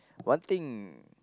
one thing